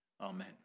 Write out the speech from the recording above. Amen